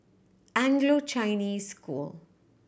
Anglo Chinese School